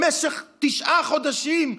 במשך תשעה חודשים,